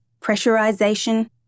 pressurization